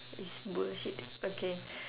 is bullshit okay